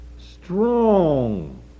strong